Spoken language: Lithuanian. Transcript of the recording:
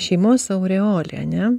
šeimos aureolė ane